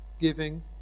giving